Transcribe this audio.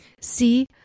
see